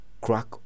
crack